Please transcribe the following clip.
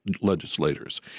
legislators